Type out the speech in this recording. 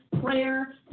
prayer